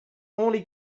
only